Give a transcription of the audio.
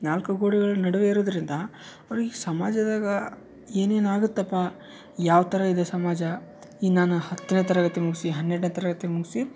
ನಾಲ್ಕು ಗೋಡೆಗಳ ನಡುವೆ ಇರುದರಿಂದ ಅವ್ರಿಗೆ ಸಮಾಜದಾಗ ಏನೇನು ಆಗತಪ್ಪ ಯಾವ್ಥರ ಇದೆ ಸಮಾಜ ಈಗ ನಾನು ಹತ್ತನೆ ತರಗತಿ ಮುಗಿಸಿ ಹನ್ನೆರಡು ತರಗತಿ ಮುಗಿಸಿ